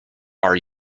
are